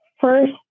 First